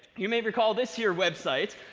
you may recall this here website,